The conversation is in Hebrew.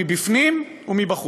מבפנים ומבחוץ.